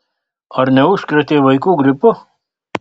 ar neužkrėtei vaikų gripu